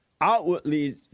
outwardly